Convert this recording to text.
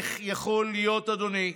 איך יכול להיות, אדוני,